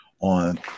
on